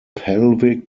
pelvic